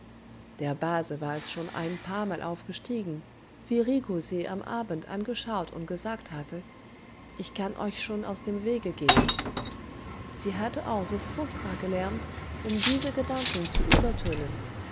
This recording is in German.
der base war es schon ein paarmal aufgestiegen wie rico sie am abend angeschaut und gesagt hatte ich kann euch schon aus dem wege gehen sie hatte auch so furchtbar gelärmt um diese gedanken zu übertönen